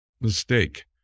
mistake